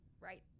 right